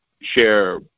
share